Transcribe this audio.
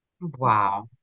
Wow